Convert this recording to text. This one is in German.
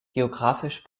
geografisch